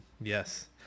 Yes